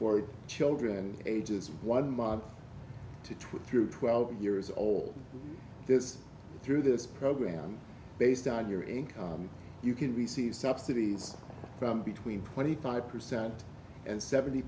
for children ages one month to twit through twelve years old this is through this program based on your income you can receive subsidies from between twenty five percent and seventy